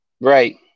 Right